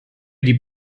diese